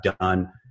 done